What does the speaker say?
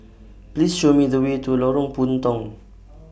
Please Show Me The Way to Lorong Puntong